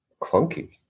clunky